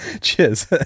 Cheers